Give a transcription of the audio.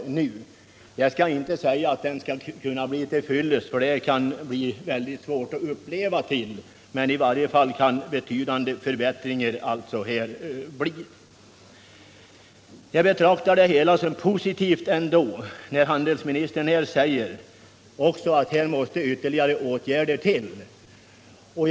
Därmed vill jag inte ha sagt att servicen kan bli till fyllest — det kan det bli svårt att leva upp till. Men i varje fall kan betydande förbättringar åstadkommas. Jag betraktar det ändå som positivt när handelsministern säger att ytterligare åtgärder måste till.